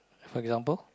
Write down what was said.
for example